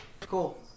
Cool